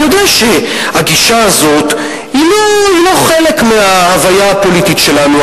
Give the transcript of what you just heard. אני יודע שהגישה הזאת היא לא חלק מההוויה הפוליטית שלנו.